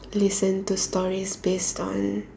listen to stories based on